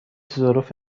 ظروف